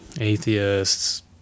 Atheists